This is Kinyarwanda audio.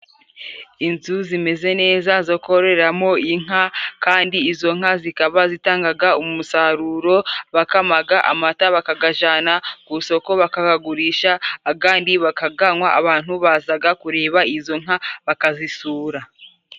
Inzu zimeze neza zo kororeramo inka, kandi izo nka zikaba zitangaga umusaruro. Bakamaga amata bakagajana ku isoko bakagurisha agandi bakaganywa, abantu bazaga kureba izo nka bakazisura.